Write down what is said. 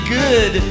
good